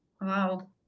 wow